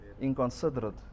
inconsiderate